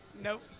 nope